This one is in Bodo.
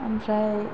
ओमफ्राय